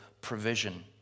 provision